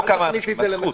אל תכניסי את זה למחאה.